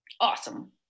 Awesome